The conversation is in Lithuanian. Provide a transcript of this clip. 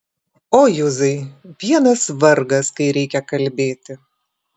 o juzai vienas vargas kai reikia kalbėti